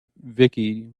vicky